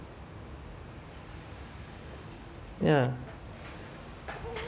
ya